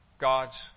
God's